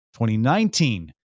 2019